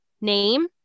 name